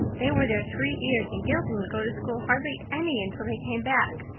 they were there three years and gil didn't go to school hardly any until they came back.